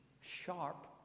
sharp